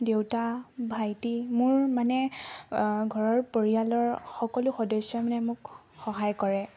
দেউতা ভাইটি মোৰ মানে ঘৰৰ পৰিয়ালৰ সকলো সদস্যই মানে মোক সহায় কৰে